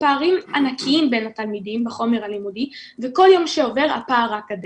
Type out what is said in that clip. הפערים ענקיים בין התלמידים בחומר הלימודי וכל יום שעובר הפער רק גדל.